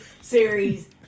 Series